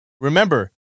remember